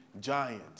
giant